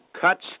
cuts